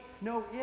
no